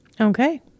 Okay